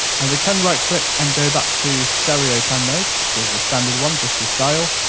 and we can right click and go back to stereo pan mode which is the standard one just this dial.